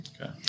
Okay